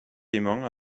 élément